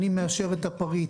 אני מאשר את הפריט,